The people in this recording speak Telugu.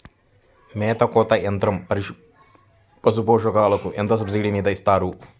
మేత కోత యంత్రం పశుపోషకాలకు ఎంత సబ్సిడీ మీద ఇస్తారు?